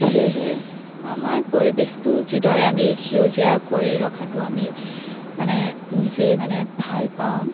সেয়েহে আমাৰ পৰিৱেশটো যিদৰে আমি সেউজীয়া কৰি ৰখাটো আমি মানে নিজেই মানে ভাল পাওঁ